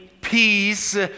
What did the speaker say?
peace